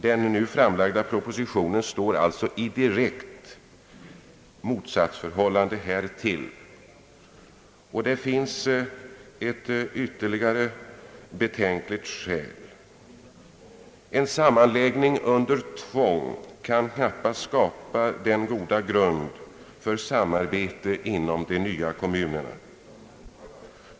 Den nu framlagda propositionen står alltså i direkt motsatsförhållande härtill. Det finns ytterligare ett betänkligt skäl att anföra mot det nya förslaget. En sammanslagning under tvång kan knappast skapa en god grund för samarbete inom den nya kommunen.